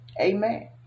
Amen